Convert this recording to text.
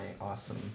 awesome